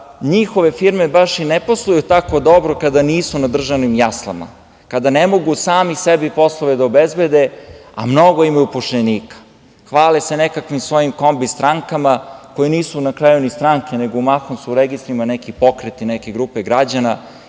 njihove firme baš i ne posluju tako dobro kada nisu na državnim jaslama, kada ne mogu sami sebi poslove da obezbede, a mnogo imaju zaposlenih. Hvale se nekakvim svojim kombi strankama, koje nisu na kraju ni stranke, nego su mahom registrovani kao neki pokreti, neke grupe građana,